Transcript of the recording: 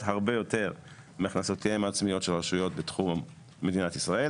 הרבה יותר מהכנסותיהן העצמיות של רשויות בתחום מדינת ישראל.